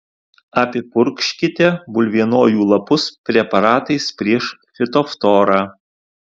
apipurkškite bulvienojų lapus preparatais prieš fitoftorą